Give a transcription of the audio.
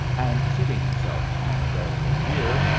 and seating himself on a barrel of beer.